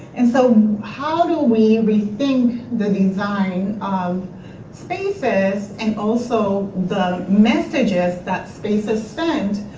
and so, how do we rethink the design um spaces and also the messages that spaces send